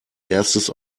erstes